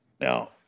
Now